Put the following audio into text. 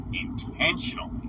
intentionally